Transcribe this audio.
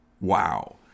Wow